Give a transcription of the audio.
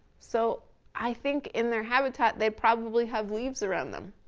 so i think in their habitat, they probably have leaves around them.